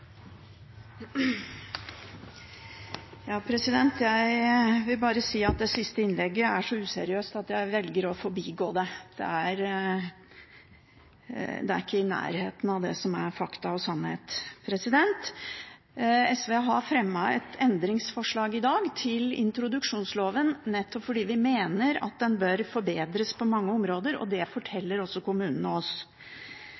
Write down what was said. så useriøst at jeg velger å forbigå det. Det er ikke i nærheten av hva som er fakta og sannhet. SV har i dag fremmet et endringsforslag til introduksjonsloven nettopp fordi vi mener at den bør forbedres på mange områder, og det